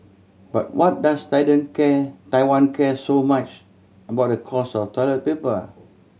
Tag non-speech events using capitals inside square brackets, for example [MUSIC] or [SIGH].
but why does [UNINTELLIGIBLE] can Taiwan care so much about the cost of toilet paper